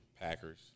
Packers